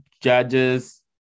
judges